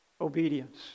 obedience